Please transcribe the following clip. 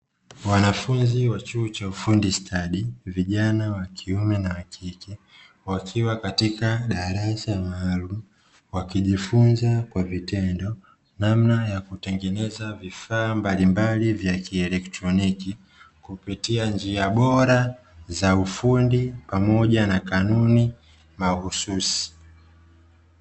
Wanafunzi wa chuo cha ufundi stadi, vijana wa kiume na wa kike, wakiwa katika darasa maalumu wakijifunza kwa vitendo namna ya kutengeneza vifaa mbalimbali vya kielektroniki kupitia njia bora za ufundi pamoja na kanuni mahususi.